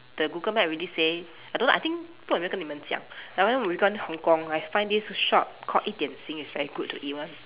the Google map already say I don't know I think 不懂有没有跟你们讲 that time we went Hong-Kong I find this shop called 一点心 it's very good to eat one